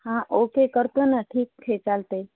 हां ओके करतो ना ठीक हे चालतं आहे